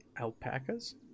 Alpacas